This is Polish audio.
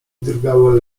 drgały